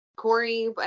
Corey